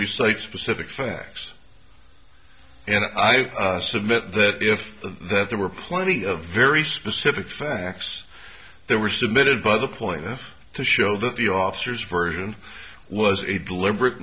recites specific facts and i submit that if that there were plenty of very specific facts that were submitted by the point if to show that the officers version was a deliberate